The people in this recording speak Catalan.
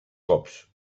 cops